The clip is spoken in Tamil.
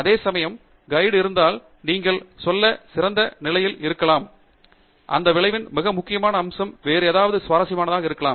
அதேசமயம் கைடு இருந்தால் நீங்கள் சொல்ல சிறந்த நிலையில் இருக்கலாம் அந்த விளைவின் மிக முக்கியமான அம்சம் வேறு ஏதாவது சுவாரஸ்யமானதாக இருக்கலாம்